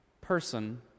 person